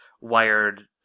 wired